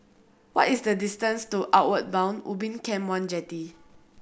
what is the distance to Outward Bound Ubin Camp One Jetty